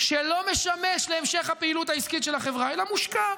שלא משמש להמשך הפעילות העסקית של החברה אלא מושקע.